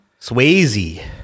Swayze